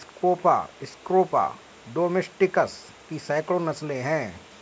scrofa domesticus की सैकड़ों नस्लें हैं